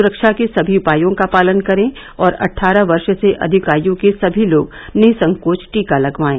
सुरक्षा के सभी उपायों का पालन करें और अट्ठारह वर्ष से अधिक आयु के सभी लोग निःसंकोच टीका लगवाएं